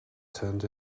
turned